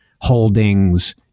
Holdings